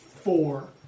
four